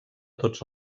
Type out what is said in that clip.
tots